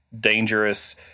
dangerous